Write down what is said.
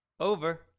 Over